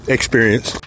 Experience